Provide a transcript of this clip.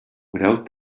without